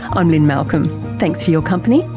i'm lynne malcolm. thanks for your company,